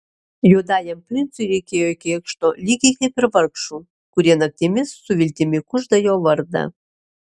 juodajam princui reikėjo kėkšto lygiai kaip ir vargšų kurie naktimis su viltimi kužda jo vardą